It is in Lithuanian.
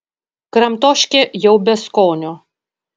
kramtoškė jau be skonio